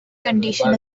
condition